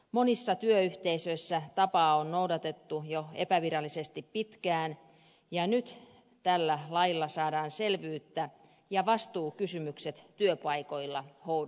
monissa työyhteisöissä tapaa on noudatettu epävirallisesti jo pitkään ja nyt tällä lailla saadaan selvyyttä ja vastuukysymykset työpaikoilla hoidettua